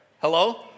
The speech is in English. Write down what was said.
Hello